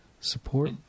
support